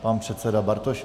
Pan předseda Bartošek.